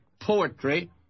poetry